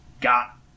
got